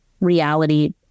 reality